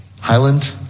Highland